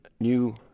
new